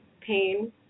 pain